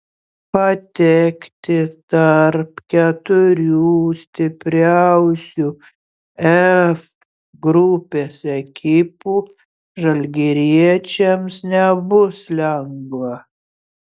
patekti tarp keturių stipriausių f grupės ekipų žalgiriečiams nebus lengva